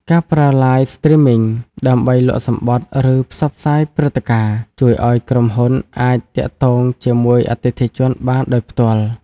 ការប្រើប្រាស់ "Live Streaming" ដើម្បីលក់សំបុត្រ ឬផ្សព្វផ្សាយព្រឹត្តិការណ៍ ជួយឱ្យក្រុមហ៊ុនអាចទាក់ទងជាមួយអតិថិជនបានដោយផ្ទាល់។